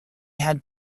had